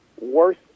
worse